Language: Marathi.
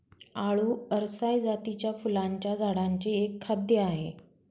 आळु अरसाय जातीच्या फुलांच्या झाडांचे एक खाद्य आहे